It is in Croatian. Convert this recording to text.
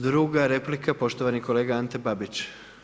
Druga replika, poštivani kolega Ante Babić.